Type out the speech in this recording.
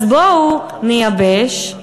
אז בואו נייבש,